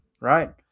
right